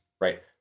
right